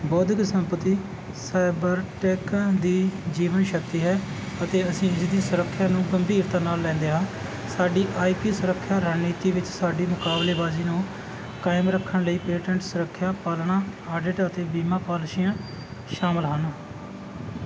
ਬੌਧਿਕ ਸੰਪਤੀ ਸਾਈਬਰਟੈਕ ਦੀ ਜੀਵਨ ਸ਼ਕਤੀ ਹੈ ਅਤੇ ਅਸੀਂ ਇਸ ਦੀ ਸੁਰੱਖਿਆ ਨੂੰ ਗੰਭੀਰਤਾ ਨਾਲ ਲੈਂਦੇ ਹਾਂ ਸਾਡੀ ਆਈ ਪੀ ਸੁਰੱਖਿਆ ਰਣਨੀਤੀ ਵਿੱਚ ਸਾਡੀ ਮੁਕਾਬਲੇਬਾਜ਼ੀ ਨੂੰ ਕਾਇਮ ਰੱਖਣ ਲਈ ਪੇਟੈਂਟ ਸੁਰੱਖਿਆ ਪਾਲਣਾ ਆਡਿਟ ਅਤੇ ਬੀਮਾ ਪਾਲਿਸੀਆਂ ਸ਼ਾਮਲ ਹਨ